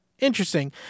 Interesting